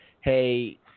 hey